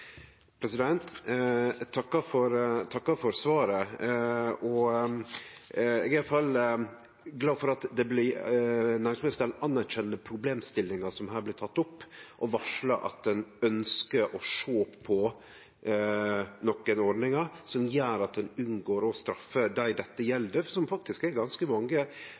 takkar for svaret. Eg er iallfall glad for at næringsministeren anerkjenner problemstillinga som her blir teken opp, og varslar at ein ønskjer å sjå på nokre ordningar som gjer at ein unngår å straffe dei dette gjeld, som faktisk er ganske mange.